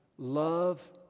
love